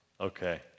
Okay